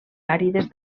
àrides